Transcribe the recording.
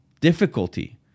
difficulty